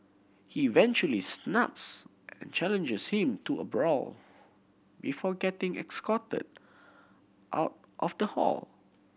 he eventually snaps and challenges him to a brawl before getting escorted out of the hall